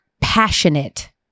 passionate